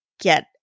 Get